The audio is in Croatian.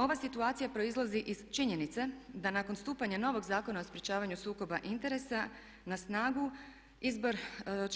Ova situacija proizlazi iz činjenice da nakon stupanja novog Zakona o sprječavanju sukoba interesa na snagu izbor